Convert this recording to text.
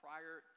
Prior